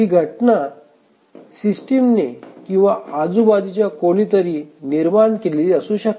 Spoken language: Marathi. ही घटना सिस्टीमने किंवा आजूबाजूच्या कोणीतरी निर्माण केलेली असू शकते